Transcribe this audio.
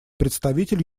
представитель